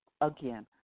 Again